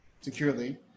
securely